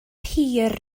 hir